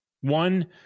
One